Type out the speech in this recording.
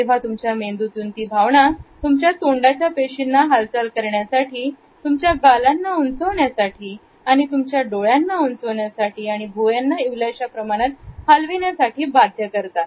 तेव्हा तुमच्या मेंदूतून ती भावना तुमच्या तोंडाच्या पेशींना हालचाल करण्यासाठी तुमच्या गालांना उंचावण्यासाठी तुमच्या डोळ्यांना उंचवण्यासाठी आणि भुवयांना हलक्या शा प्रमाणात हलविण्यासाठी बाध्य करतात